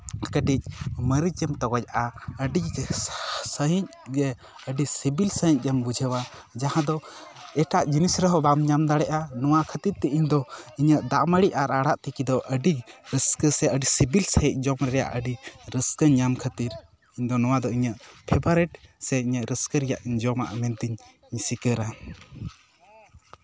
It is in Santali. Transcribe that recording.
ᱠᱟᱹᱴᱤᱡ ᱢᱟᱹᱨᱤᱪᱮᱢ ᱛᱚᱜᱚᱡᱟᱜᱼᱟ ᱟᱹᱰᱤ ᱥᱟᱺᱦᱤᱡ ᱜᱮ ᱟᱹᱰᱤ ᱥᱤᱵᱤᱞ ᱥᱟᱺᱦᱤᱡ ᱜᱮᱢ ᱵᱩᱡᱷᱟᱹᱣᱟ ᱡᱟᱦᱟᱸ ᱫᱚ ᱮᱴᱟᱜ ᱡᱤᱱᱤᱥ ᱨᱮᱦᱚᱸ ᱵᱟᱢ ᱧᱟᱢ ᱫᱟᱲᱮᱭᱟᱜᱼᱟ ᱱᱚᱣᱟ ᱠᱷᱟᱹᱛᱤᱨ ᱛᱮ ᱤᱧ ᱫᱚ ᱤᱧᱟᱹᱜ ᱫᱟᱜ ᱢᱟᱹᱲᱤ ᱟᱨ ᱟᱲᱟᱜ ᱛᱤᱠᱤ ᱫᱚ ᱟᱹᱰᱤ ᱨᱟᱹᱥᱠᱟᱹ ᱥᱮ ᱟᱹᱰᱤ ᱥᱤᱵᱤᱞ ᱥᱟᱺᱦᱤᱡ ᱡᱚᱢ ᱨᱮᱭᱟᱜ ᱟᱹᱰᱤ ᱨᱟᱹᱥᱠᱟᱹᱧ ᱧᱟᱢ ᱠᱷᱟᱹᱛᱤᱨ ᱤᱧ ᱫᱚ ᱱᱚᱣᱟ ᱫᱚ ᱤᱧᱟᱹᱜ ᱯᱷᱮᱵᱟᱨᱮᱴ ᱥᱮ ᱤᱧᱟᱹᱜ ᱨᱟᱹᱥᱠᱟᱹ ᱨᱮᱭᱟᱜ ᱡᱚᱢᱟᱜ ᱢᱮᱱᱛᱤᱧ ᱥᱤᱠᱟᱹᱨᱟ